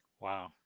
Wow